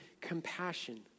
compassion